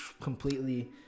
completely